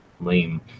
lame